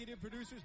Producers